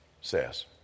says